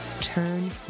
Turn